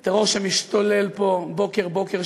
טרור שמשתולל פה בוקר-בוקר,